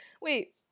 Wait